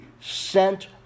sent